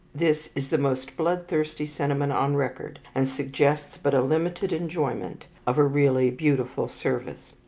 this is the most bloodthirsty sentiment on record, and suggests but a limited enjoyment of a really beautiful service.